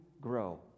grow